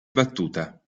battuta